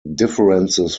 differences